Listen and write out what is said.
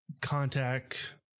contact